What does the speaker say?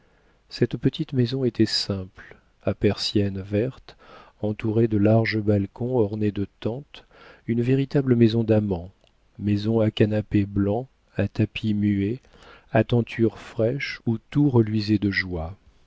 cette petite maison était simple à persiennes vertes entourée de larges balcons ornés de tentes une véritable maison d'amants maison à canapés blancs à tapis muets à tentures fraîches où tout reluisait de joie